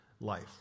life